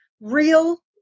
real